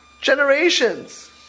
Generations